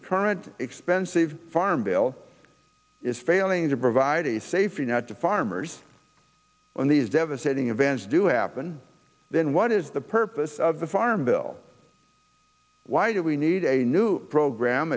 the current expensive farm bill is failing to provide a safety net to farmers in these devastating events do happen then what is the purpose of the farm bill why do we need a new program